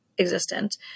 existent